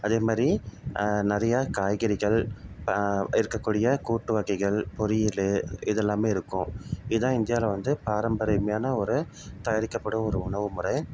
அதே மாதிரி நிறையா காய்கறிகள் இருக்கக்கூடிய கூட்டு வகைகள் பொரியல் இதெல்லாமே இருக்கும் இதுதான் இந்தியாவில் வந்து பாரம்பரியமான ஒரு தயாரிக்கப்படும் ஒரு உணவுமுறை